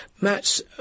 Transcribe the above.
Matt's